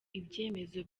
ibyemezo